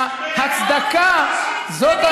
ההצדקה, גזענית.